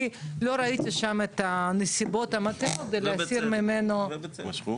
כי לא ראיתי שם את הנסיבות המתאימות כדי להסיר ממנו חסינות.